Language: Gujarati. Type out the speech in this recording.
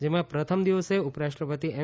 જેમાં પ્રથમ દિવસે ઉપરાષ્ટ્રપતિ એમ